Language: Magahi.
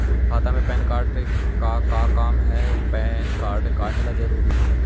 खाता में पैन कार्ड के का काम है पैन कार्ड काहे ला जरूरी है?